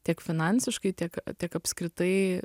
tiek finansiškai tiek tiek apskritai